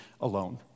alone